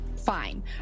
fine